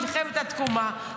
מלחמת התקומה,